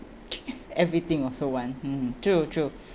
everything also want hmm true true